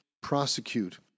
prosecute